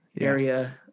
area